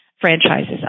franchises